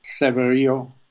Severio